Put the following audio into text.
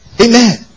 Amen